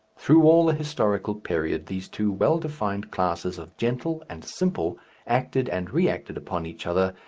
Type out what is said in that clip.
through all the historical period these two well-defined classes of gentle and simple acted and reacted upon each other,